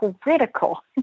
critical